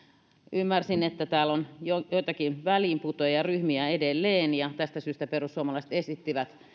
ymmärsin että täällä on joitakin väliinputoajaryhmiä edelleen ja tästä syystä perussuomalaiset esittivät